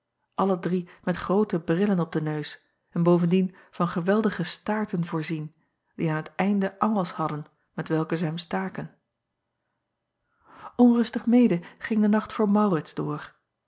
alle drie met groote brillen op den neus en bovendien van geweldige staarten voorzien die aan het einde angels hadden met welke zij hem staken nrustig mede ging de nacht voor aurits door